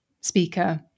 speaker